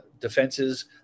Defenses